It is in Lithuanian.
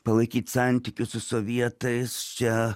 palaikyt santykius su sovietais čia